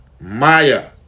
Maya